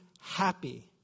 happy